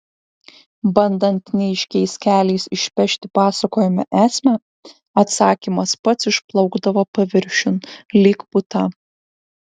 bandant neaiškiais keliais išpešti pasakojimo esmę atsakymas pats išplaukdavo paviršiun lyg puta